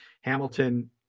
Hamilton